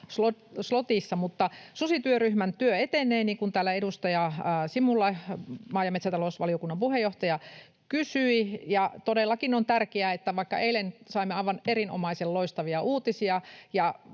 slotissa. Susityöryhmän työ etenee, niin kuin täällä edustaja Simula, maa- ja metsätalousvaliokunnan puheenjohtaja, kysyi. Todellakin tämä on tärkeää: Vaikka eilen saimme aivan erinomaisen loistavia uutisia